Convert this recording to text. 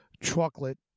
chocolate